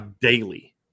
daily